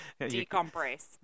Decompress